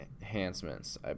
enhancements